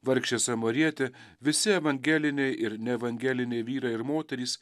vargšė samarietė visi evangeliniai ir neevangeliniai vyrai ir moterys